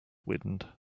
wind